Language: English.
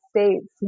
States